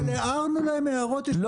אבל הערנו להם הערות.